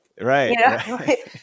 right